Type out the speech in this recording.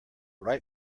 ripe